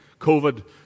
COVID